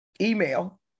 email